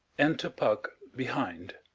enter puck behind